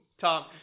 Tom